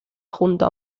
junto